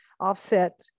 offset